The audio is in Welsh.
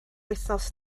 wythnos